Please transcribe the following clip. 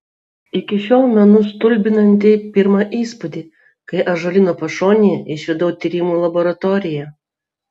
iki šiol menu stulbinantį pirmą įspūdį kai ąžuolyno pašonėje išvydau tyrimų laboratoriją